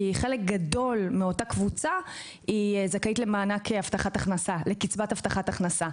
כי חלק גדול מאותה קבוצה זכאי לקצבת הבטחת הכנסה.